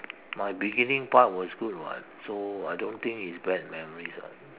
my beginning part was good [what] so I don't think is bad memories ah